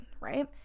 right